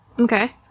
Okay